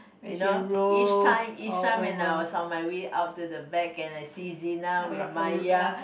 you know each time each time when I was on my way out to the back and I see Zyan with Mya